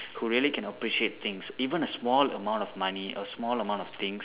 who really can appreciate things even a small amount of money a small amount of things